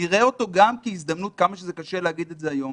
נראה אותו גם כהזדמנות כמה שקשה להגיד את זה היום,